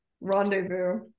rendezvous